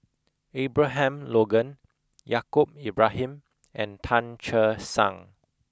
Abraham Logan Yaacob Ibrahim and Tan Che Sang